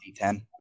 D10